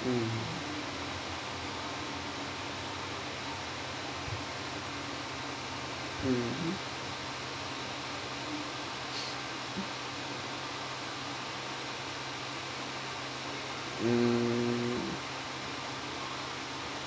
mm mmhmm mm